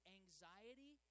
anxiety